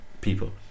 people